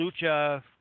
Lucha